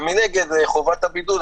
ומנגד חובת הבידוד.